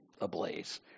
ablaze